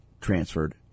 transferred